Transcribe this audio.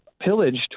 pillaged